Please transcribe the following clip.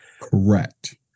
Correct